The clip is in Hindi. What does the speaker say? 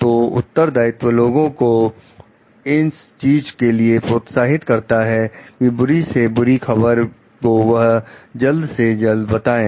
तो उत्तरदायित्व लोगों को इस चीज के लिए प्रोत्साहित करता है कि बुरी सी बुरी खबर को वह जल्द से जल्द बताएं